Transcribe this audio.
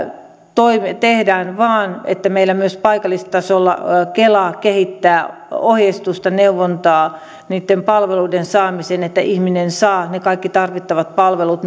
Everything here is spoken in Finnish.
tehdään vaan että meillä myös paikallistasolla kela kehittää ohjeistusta neuvontaa niitten palveluiden saamiseen että ihminen saa myös sosiaalipalvelun piiristä ne kaikki tarvittavat palvelut